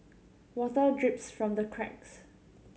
water drips from the cracks